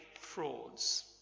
frauds